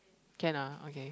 can ah okay